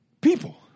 people